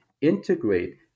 integrate